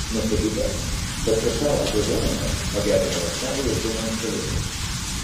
nustatyta kad kcal apribojimas pagerino ląstelių jautrumą insulinui